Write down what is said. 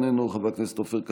איננו, חבר הכנסת ווליד טאהא,